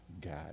God